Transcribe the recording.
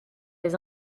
les